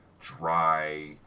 dry